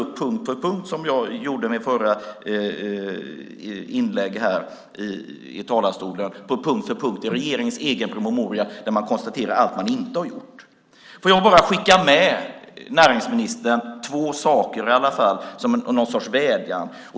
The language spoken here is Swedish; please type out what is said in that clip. Punkt för punkt, som jag gjorde i mitt förra inlägg, radar man i regeringens egen promemoria upp allt man inte har gjort. Får jag bara skicka med näringsministern två saker som någon sorts vädjan.